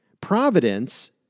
Providence